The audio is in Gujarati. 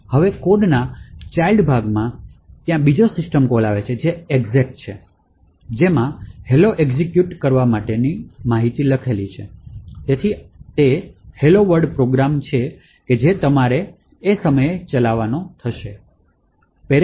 હવે કોડના ચાઇલ્ડ ભાગમાં ત્યાં બીજો સિસ્ટમ કોલઆવે છે જે exec છે જેમાં hello એક્ઝેક્યુટ લખેલ છે તેથી આ તે હેલો વર્લ્ડ પ્રોગ્રામ છે જે તમારે તે જ સમયે ચલાવવાની જરૂર છે